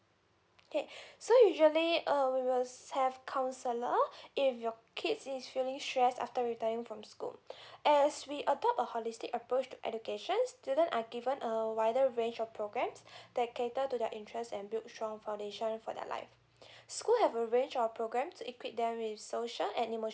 okay so usually um we will have counsellor if your kids is feeling stress after returning from school as we adopt a holistic approach to education student are given a wider range of programmes that cater to their interest and build strong foundation for their live school have a range of programs to equip them with social and emotional